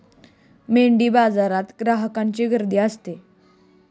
मेंढीबाजारात ग्राहकांची गर्दी असते